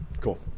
Cool